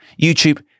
YouTube